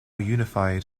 unified